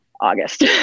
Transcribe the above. August